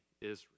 Israel